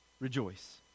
rejoice